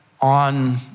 on